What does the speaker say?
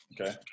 Okay